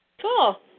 Cool